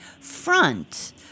front